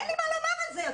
אין לי מה לומר על זה יותר.